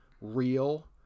real